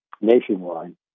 nationwide